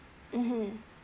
mm